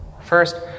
First